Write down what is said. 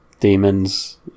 demons